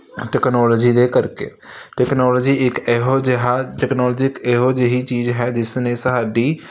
technology ਦੇ ਕਰਕੇ technology ਇੱਕ ਇਹੋ ਜਿਹਾ ਟੈਕਨੋਲਜੀ ਇੱਕ ਇਹੋ ਜਿਹੀ ਚੀਜ਼ ਹੈ ਜਿਸ ਨੇ ਸਾਡੀ